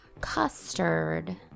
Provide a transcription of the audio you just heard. Custard